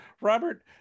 Robert